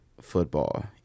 football